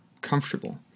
comfortable